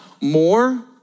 more